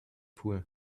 pool